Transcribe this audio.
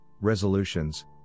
resolutions